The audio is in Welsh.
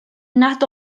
nad